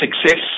success